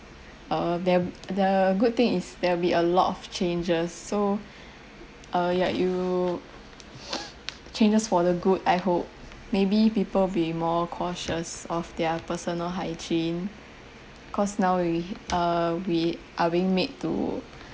uh thereb~ the good thing is there'll be a lot of changes so uh ya you changes for the good I hope maybe people will be more cautious of their personal hygiene cause now we uh we are being made to